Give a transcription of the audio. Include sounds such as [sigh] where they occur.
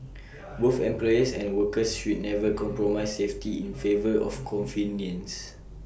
[noise] both employers and workers should never compromise safety in favour of convenience